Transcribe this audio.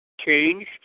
changed